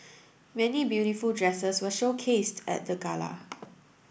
many beautiful dresses were showcased at the gala